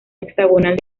hexagonal